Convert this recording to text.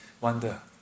wonder